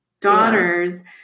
daughters